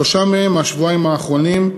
שלושה מהם, מהשבועיים האחרונים,